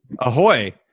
ahoy